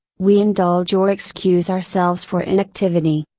we indulge or excuse ourselves for inactivity.